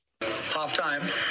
Half-time